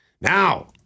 Now